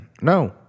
no